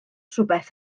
rhywbeth